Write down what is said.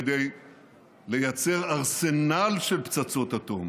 כדי לייצר ארסנל של פצצות אטום